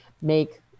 make